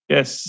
Yes